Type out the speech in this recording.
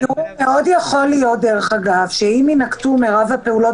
מאוד יכול להיות שאם ינקטו מרב הפעולות